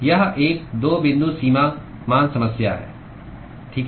यह एक 2 बिंदु सीमा मान समस्या है ठीक है